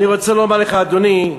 אני רוצה לומר לך, אדוני,